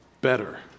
better